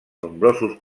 nombrosos